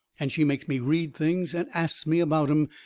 and she makes me read things and asts me about em,